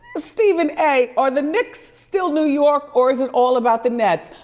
stephen a, are the knicks still new york or is it all about the nets?